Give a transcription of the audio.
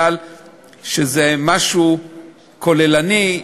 משום שזה משהו כוללני,